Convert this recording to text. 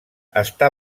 està